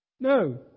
No